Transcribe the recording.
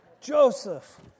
Joseph